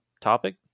topic